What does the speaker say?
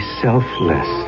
selfless